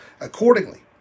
accordingly